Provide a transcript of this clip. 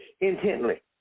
intently